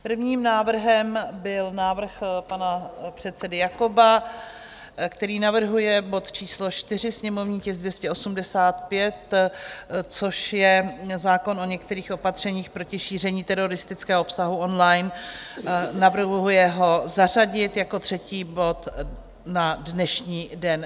Prvním návrhem byl návrh pana předsedy Jakoba, který navrhuje bod číslo 4, sněmovní tisk 285, což je zákon o některých opatřeních proti šíření teroristického obsahu online, navrhuje ho zařadit jako třetí bod na dnešní den.